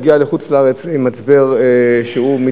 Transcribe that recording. והגיע לחוץ-לארץ עם מצבר מתרוקן,